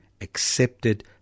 accepted